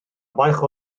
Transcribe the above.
baich